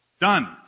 Done